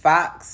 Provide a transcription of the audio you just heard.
Fox